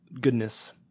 goodness